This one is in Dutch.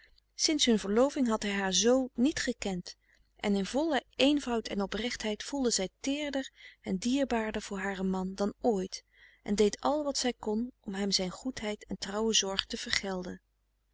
sinds hun verloving had hij haar z niet gekend en in volle eenvoud en oprechtheid voelde zij teerder en dierbaarder voor haren man dan ooit en deed al wat zij kon om hem zijn goedheid en trouwe zorg te vergelden